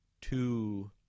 two –